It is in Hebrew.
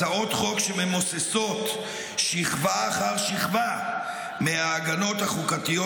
הצעות חוק שממוססות שכבה אחר שכבה מההגנות החוקתיות